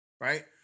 Right